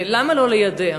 ולמה לא ליידע?